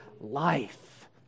life